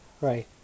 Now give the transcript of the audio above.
Right